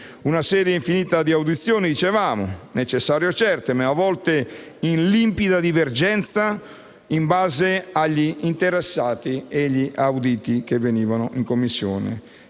una serie infinita di audizioni, certamente necessarie, ma a volte in limpida divergenza, in base agli interessati e agli auditi che venivano in Commissione.